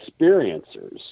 experiencers